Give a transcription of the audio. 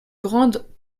grande